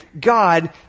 God